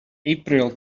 april